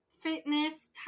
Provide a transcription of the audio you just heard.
fitness